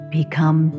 become